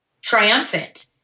triumphant